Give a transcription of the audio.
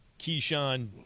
Keyshawn